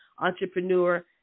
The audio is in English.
entrepreneur